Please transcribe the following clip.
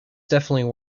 definitely